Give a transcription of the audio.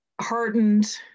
heartened